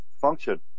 function